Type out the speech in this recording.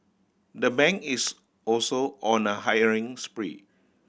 the bank is also on a hiring spree